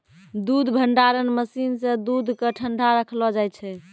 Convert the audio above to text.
दूध भंडारण मसीन सें दूध क ठंडा रखलो जाय छै